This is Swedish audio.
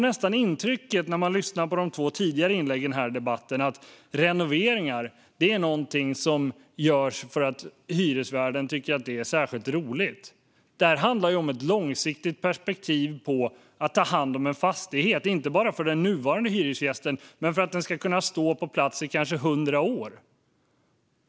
När man lyssnar på de två tidigare inläggen här i debatten får man närmast intrycket att renoveringar är någonting som görs för att hyresvärden tycker att det är roligt. Men det handlar ju om ett långsiktigt perspektiv på att ta hand om en fastighet, inte bara för den nuvarande hyresgästen utan för att fastigheten ska kunna stå på plats i kanske hundra år.